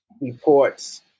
reports